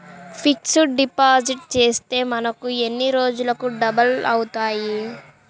Fixed deposit చేస్తే మనకు ఎన్ని రోజులకు డబల్ అవుతాయి?